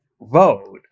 vote